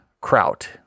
kraut